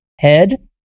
Head